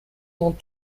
dans